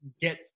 get